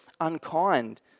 unkind